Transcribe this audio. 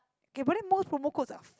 K but then most promote codes are f~